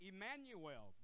Emmanuel